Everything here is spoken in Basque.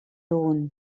dugun